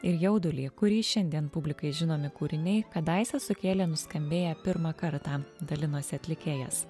ir jaudulį kurį šiandien publikai žinomi kūriniai kadaise sukėlė nuskambėję pirmą kartą dalinosi atlikėjas